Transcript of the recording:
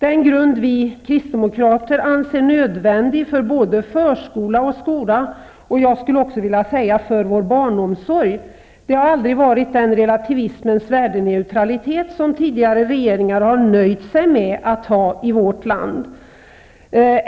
Den grund vi kristdemokrater anser nödvändig för både förskola och skola, och jag skulle också vilja säga för vår barnomsorg, har aldrig varit den relativismens värdeneutralitet som tidigare regeringar har nöjt sig med att ha i vårt land.